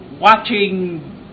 watching